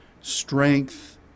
strength